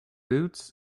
boots